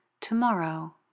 tomorrow